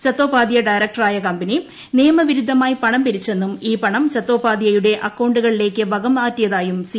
ചത്തോപാദ്ധ്യായ ഡയറക്ടറായ കമ്പനി നിയമവിരുദ്ധമായി പണം പിരിച്ചെന്നും ഈ പണം ചത്തോപാദ്ധ്യയുടെ അക്കൌണ്ടുകളിലേക്ക് വകമാറ്റിയതായും സി